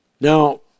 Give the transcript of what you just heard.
now